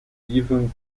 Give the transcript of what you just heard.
devon